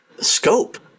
scope